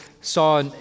saw